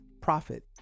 profit